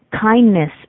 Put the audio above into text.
Kindness